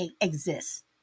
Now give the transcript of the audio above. exist